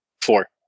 four